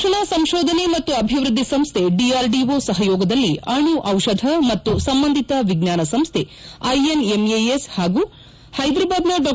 ರಕ್ಷಣಾ ಸಂಶೋಧನೆ ಮತ್ತು ಅಭಿವೃದ್ಧಿ ಸಂಶೈ ಡಿಆರ್ಡಿಒ ಸಹಯೋಗದಲ್ಲಿ ಅಣು ಔಷಧ ಮತ್ತು ಸಂಬಂಧಿತ ಸಂಸ್ಥೆ ಐಎನ್ಎಂಎಎಸ್ ಹಾಗೂ ಹೈದ್ರಾಬಾದ್ನ ಡಾ